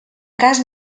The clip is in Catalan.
cas